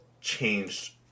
changed